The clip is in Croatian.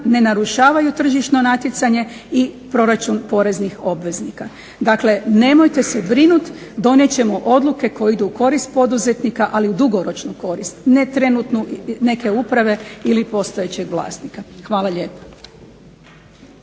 ne narušavaju tržišno natjecanje i proračun poreznih obveznika. Dakle, nemojte se brinuti donijet ćemo odluke koje idu u korist poduzetnika, ali u dugoročnu korist. Ne trenutnu neke uprave ili postojećeg vlasnika. Hvala lijepa.